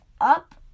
up